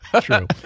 true